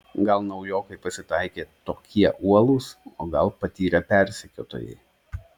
gal naujokai pasitaikė tokie uolūs o gal patyrę persekiotojai